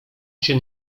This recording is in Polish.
się